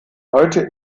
heute